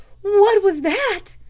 what was that?